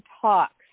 talks